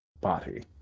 body